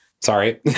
sorry